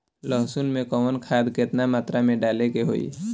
लहसुन में कवन खाद केतना मात्रा में डाले के होई?